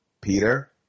Peter